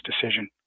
decision